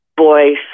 voice